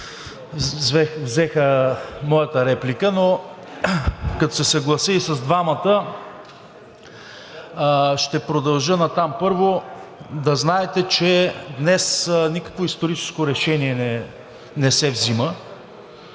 взеха моята реплика, но като се съглася и с двамата, ще продължа нататък. Първо, да знаете, че днес никакво историческо решение не се взима.